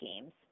games